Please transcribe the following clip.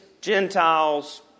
Gentiles